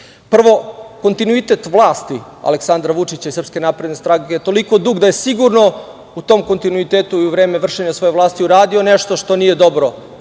kontinuitet vlast Aleksandra Vučića i SNS je toliko dug da je sigurno u tom kontinuitetu i u vreme vršenja svoje vlasti uradio nešto što nije dobro,